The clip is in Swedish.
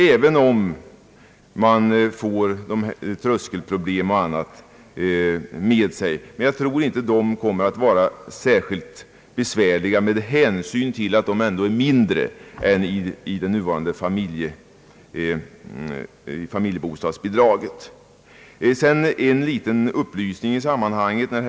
Denna lösning kan medföra vissa tröskelproblem, men jag tror inte att de kommer att vara särskilt besvärliga, ty de är dock mindre än de problem som häftar vid reglerna för det nuvarande familjebostadsbidraget.